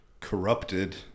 corrupted